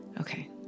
Okay